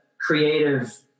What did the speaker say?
creative